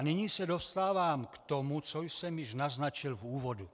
Nyní se dostávám k tomu, co jsem již naznačil v úvodu.